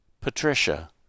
Patricia